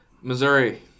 Missouri